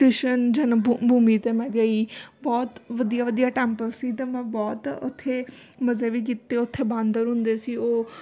ਕ੍ਰਿਸ਼ਨ ਜਨਮ ਭੂ ਭੂਮੀ 'ਤੇ ਮੈਂ ਗਈ ਬਹੁਤ ਵਧੀਆ ਵਧੀਆ ਟੈਂਪਲ ਸੀ ਤਾਂ ਮੈਂ ਬਹੁਤ ਉੱਥੇ ਮਜ਼ੇ ਵੀ ਕੀਤੇ ਉੱਥੇ ਬਾਂਦਰ ਹੁੰਦੇ ਸੀ ਉਹ